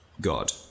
god